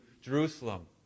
Jerusalem